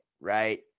right